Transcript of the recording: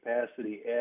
capacity